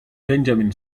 benjamin